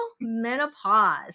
menopause